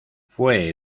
fue